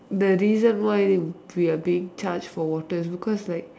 the dessert boy will be a big charge for water because like